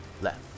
left